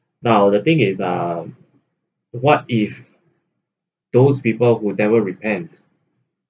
now the thing is um what if those people who never repent